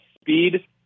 speed